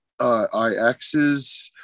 IXs